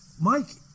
Mike